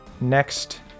Next